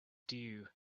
due